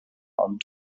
ond